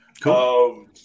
Cool